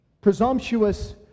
presumptuous